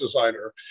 designer